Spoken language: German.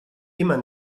immer